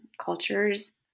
cultures